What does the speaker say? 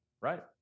Right